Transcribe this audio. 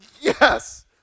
yes